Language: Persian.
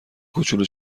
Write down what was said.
کوچولو